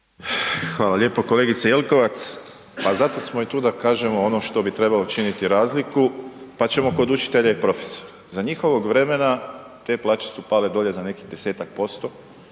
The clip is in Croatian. Hvala lijepo kolegice Jelkovac, pa zato smo i tu da kažemo ono što bi trebalo činiti razliku, pa ćemo kod učitelja i profesora. Za njihovog vremena te plaće su pale dolje za nekih 10-tak%